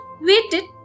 waited